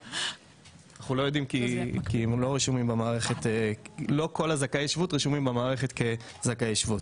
אנחנו לא יודעים כי לא כל זכאי השבות רשומים במערכת כזכאי שבות.